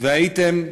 והייתם,